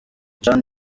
jean